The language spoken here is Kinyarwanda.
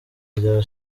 rya